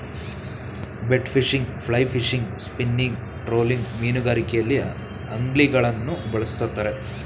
bait fishing, fly fishing, spinning, trolling ಮೀನುಗಾರಿಕೆಯಲ್ಲಿ ಅಂಗ್ಲಿಂಗ್ಗಳನ್ನು ಬಳ್ಸತ್ತರೆ